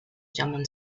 german